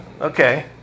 Okay